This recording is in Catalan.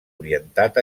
orientat